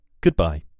Goodbye